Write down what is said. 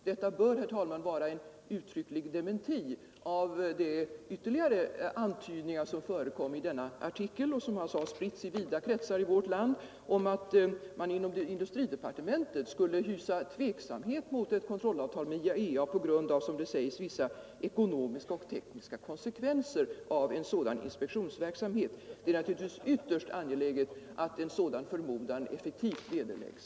Detta bör, herr talman, vara en uttrycklig dementi av de ytterligare antydningar som förekom i denna artikel, spridd i vida kretsar i vårt land, om att det inom industridepartementet skulle hysas tveksamhet mot ett kontrollavtal med IAEA på grund av, som det sägs, vissa ekonomiska och tekniska konsekvenser av en sådan inspektionsverksamhet. Det är naturligtvis ytterst angeläget att en sådan förmodan effektivt vederläggs.